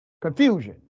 confusion